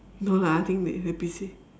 no lah I think they they busy